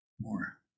more